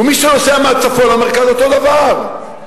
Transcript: ומי שנוסע מהצפון למרכז, אותו דבר.